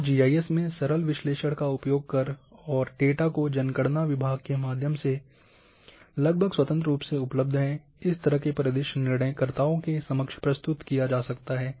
अब G I S में सरल विश्लेषण का उपयोग कर और डेटा जो जनगणना विभाग के माध्यम से लगभग स्वतंत्र रूप से उपलब्ध है इस तरह के परिदृश्य निर्णय कर्ताओं के समक्ष प्रस्तुत किया जा सकता है